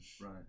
Right